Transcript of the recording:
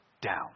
down